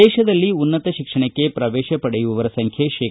ದೇತದಲ್ಲಿ ಉನ್ನತ ಶಿಕ್ಷಣಕ್ಕೆ ಶ್ರವೇತ ಪಡೆಯುವವರ ಸಂಖ್ಯೆ ಶೇ